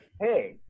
hey